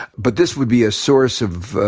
but this would be a source of